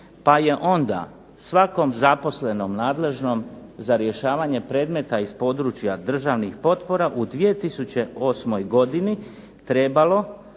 pa je onda svakom zaposlenom, nadležnom za rješavanje predmeta iz područja državnih potpora u 2008. godini trebalo